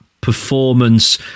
performance